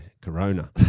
corona